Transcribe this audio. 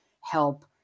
help